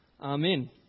Amen